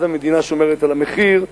אז המדינה שומרת על המחיר,